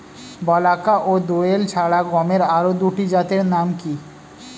বলাকা ও দোয়েল ছাড়া গমের আরো দুটি জাতের নাম কি?